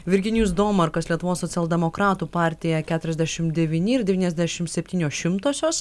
virginijus domarkas lietuvos socialdemokratų partija keturiasdešimt devyni ir devyniasdešimt septynios šimtosios